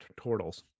tortles